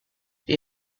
you